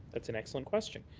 that's an excellent question.